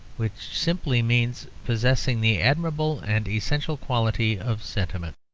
which simply means possessing the admirable and essential quality of sentiment.